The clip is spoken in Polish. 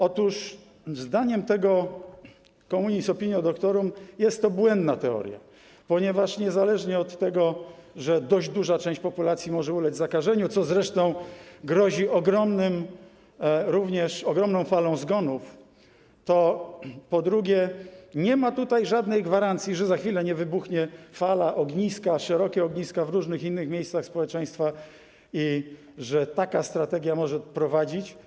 Otóż zgodnie z communis opinio doctorum jest to błędna teoria, ponieważ niezależnie od tego, że dość duża część populacji może ulec zakażeniu, co zresztą grozi również ogromną falą zgonów, to po drugie nie ma żadnej gwarancji, że za chwilę nie wybuchnie fala: ogniska, szerokie ogniska w różnych innych miejscach społeczeństwa, i że do tego taka strategia może prowadzić.